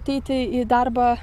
ateiti į darbą